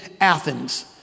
Athens